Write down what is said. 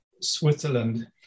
Switzerland